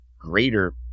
greater